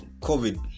COVID